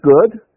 good